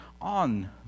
on